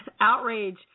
outrage